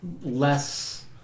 less